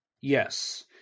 Yes